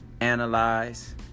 analyze